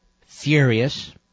furious